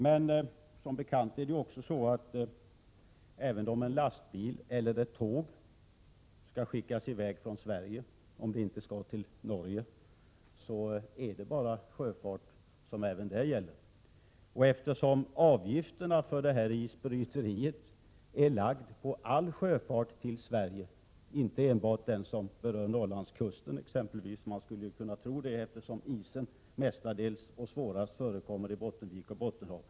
Men som bekant är det så att när en transport skall skickas i väg från Sverige, även om den sker med lastbil eller tåg, är man hänvisad till sjöfarten, såvida den inte skall till Norge. Avgifterna för isbrytningen läggs på all sjöfart till Sverige, alltså inte enbart den som berör Norrlandskusten, vilket man skulle kunna tro, eftersom isen mestadels och svårast förekommer i Bottenviken och Bottenhavet.